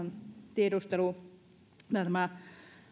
tiedustelu ja